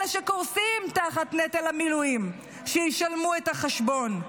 אלא שקורסים תחת נטל המילואים, ישלמו את החשבון.